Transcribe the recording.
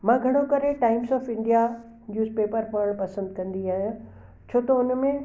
मां घणो करे टाइम्स ऑफ इंडिया न्यूसपेपर पढ़णु पसंदि कंदी आहियां छो त हुन में